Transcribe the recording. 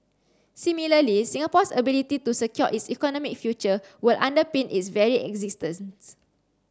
similarly Singapore's ability to secure its economic future will underpin its very existence